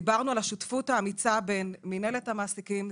דיברנו על השותפות האמיצה בין מנהלת המעסיקים,